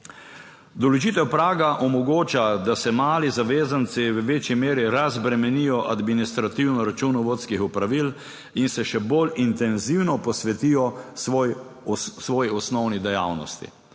Določitev praga omogoča, da se mali zavezanci v večji meri razbremenijo administrativno računovodskih opravil in se še bolj intenzivno posvetijo svoji osnovni dejavnosti,